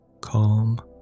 Calm